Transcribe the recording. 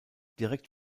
direkt